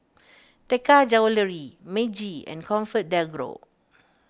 Taka Jewelry Meiji and ComfortDelGro